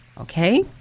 okay